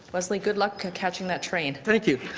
leslie, good luck catching that train. thank you.